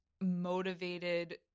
motivated